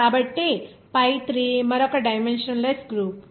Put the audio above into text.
కాబట్టి pi 3 మరొక dimensionless group